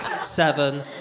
Seven